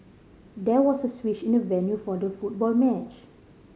there was a switch in the venue for the football match